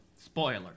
spoiler